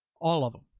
all of them.